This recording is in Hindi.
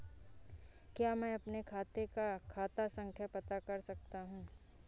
क्या मैं अपने खाते का खाता संख्या पता कर सकता हूँ?